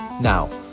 Now